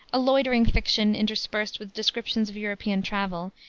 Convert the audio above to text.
a loitering fiction, interspersed with descriptions of european travel,